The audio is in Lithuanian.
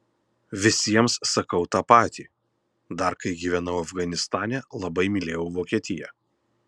visiems sakau tą patį dar kai gyvenau afganistane labai mylėjau vokietiją